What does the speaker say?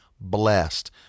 blessed